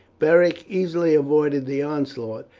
beric easily avoided the onslaught,